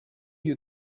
you